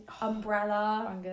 umbrella